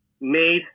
made